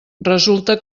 resulta